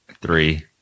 three